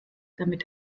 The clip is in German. damit